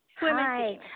Hi